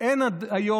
אין עד היום,